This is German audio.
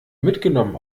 mitgenommen